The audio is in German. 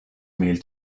mehl